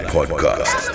Podcast